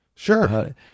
Sure